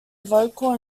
vocal